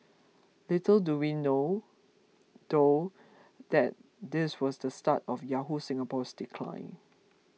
little do we know though that this was the start of Yahoo Singapore's decline